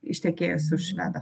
ištekėjus už švedo